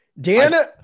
Dan